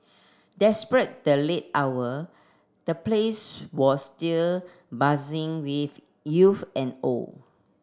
despite the late hour the place was still buzzing with youth and old